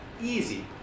easy